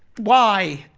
why?